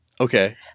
Okay